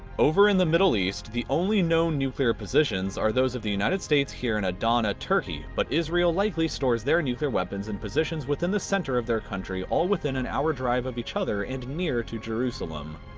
over in the middle east, the only known nuclear positions are those of the united states, here in adana, turkey, but israel likely stores their nuclear weapons in positions within the center of their country, all within an hour drive of each other, and near to jerusalem.